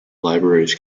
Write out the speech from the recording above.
libraries